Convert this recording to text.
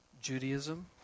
Judaism